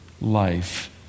life